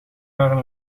waren